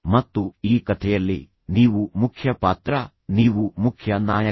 ಮತ್ತು ಈ ಕಥೆಯಲ್ಲಿ ನೀವು ಮುಖ್ಯ ಪಾತ್ರ ನೀವು ಮುಖ್ಯ ನಾಯಕ